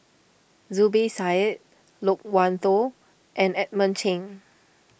Zubir Said Loke Wan Tho and Edmund Cheng